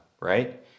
right